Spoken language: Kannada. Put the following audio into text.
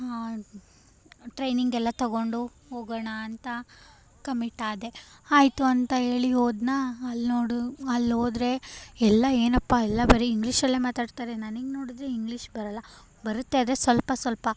ಆ ಟ್ರೈನಿಂಗ್ ಎಲ್ಲ ತೊಗೊಂಡು ಹೋಗೋಣ ಅಂತ ಕಮಿಟ್ ಆದೆ ಆಯಿತು ಅಂತ ಹೇಳಿ ಹೋದ್ನಾ ಅಲ್ಲಿ ನೋಡಿ ಅಲ್ಲಿ ಹೋದ್ರೆ ಎಲ್ಲ ಏನಪ್ಪಾ ಎಲ್ಲ ಬರೀ ಇಂಗ್ಲೀಷಲ್ಲೇ ಮಾತಾಡ್ತಾರೆ ನನಗೆ ನೋಡಿದ್ರೆ ಇಂಗ್ಲೀಷ್ ಬರಲ್ಲ ಬರುತ್ತೆ ಆದರೆ ಸ್ವಲ್ಪ ಸ್ವಲ್ಪ